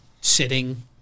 sitting